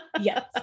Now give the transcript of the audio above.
Yes